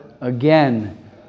again